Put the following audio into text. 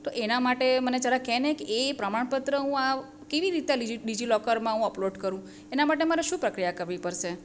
તો એના માટે મને જરાક કે ને એ પ્રમાણપત્ર હું આ કેવી રીતે ડીજી ડીજીલોકરમાં હું અપલોડ કરું એના માટે મારે શું પ્રક્રિયા કરવી પડશે